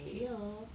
ya